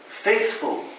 faithful